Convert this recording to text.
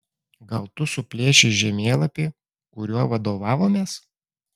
gal tu suplėšei žemėlapį kuriuo vadovavomės